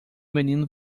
menino